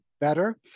better